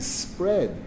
spread